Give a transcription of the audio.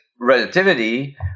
relativity